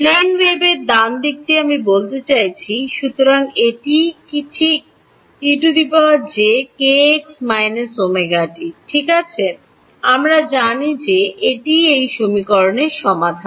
plane ওয়েভের ডান দিকটি আমি বলতে চাইছি সুতরাং এটিই কি ঠিক ঠিক আছে আমরা জানি যে এটিই এই সমীকরণের সমাধান